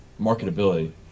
marketability